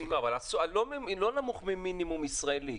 אבל לא נמוך ממינימום ישראלי,